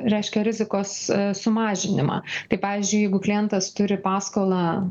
reiškia rizikos sumažinimą tai pavyzdžiui jeigu klientas turi paskolą